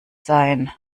sein